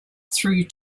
through